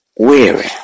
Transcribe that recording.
weary